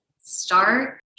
start